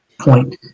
point